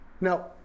Now